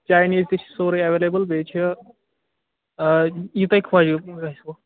Chinese تہِ چھُ سورُے ایٚویلیبٔل بیٚیہِ چھِ یہِ تۄہہِ خۄش گژھوٕ